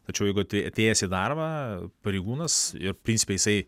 tačiau jeigu atė atėjęs į darbą pareigūnas ir principe jisai